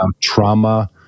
trauma